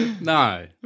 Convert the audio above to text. No